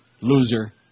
Loser